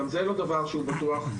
גם זה דבר שהוא לא בטוח.